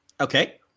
Okay